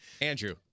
Andrew